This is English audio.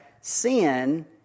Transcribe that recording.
sin